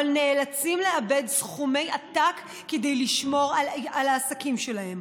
אבל נאלצים לאבד סכומי עתק כדי לשמור על העסקים שלהם.